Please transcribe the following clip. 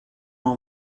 all